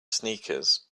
sneakers